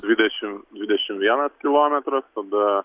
dvidešim dvidešim vienas kilometras tada